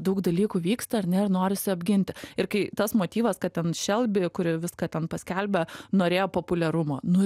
daug dalykų vyksta ar ne ir norisi apginti ir kai tas motyvas kad ten šelbi kuri viską ten paskelbė norėjo populiarumo nu